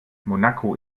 monaco